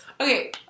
okay